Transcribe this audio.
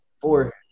four